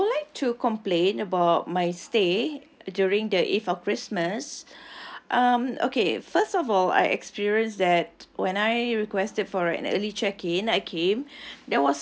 hi I would like to complain about my stay during the eve of christmas um okay first of all I experience that when I requested for an early check-in I came